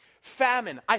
famine